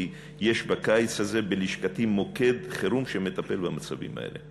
כי יש בקיץ הזה בלשכתי מוקד חירום שמטפל במצבים האלה.